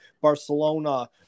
Barcelona